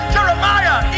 Jeremiah